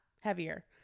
heavier